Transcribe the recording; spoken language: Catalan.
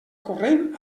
corrent